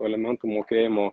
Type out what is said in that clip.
alimentų mokėjimo